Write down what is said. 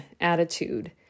attitude